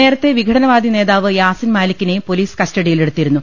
നേരത്തെ വിഘടനവാദി നേതാവ് യാസിൻ മാലിക്കിനെയും പൊലീസ് കസ്റ്റഡിയിലെടുത്തിരുന്നു